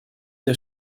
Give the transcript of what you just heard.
der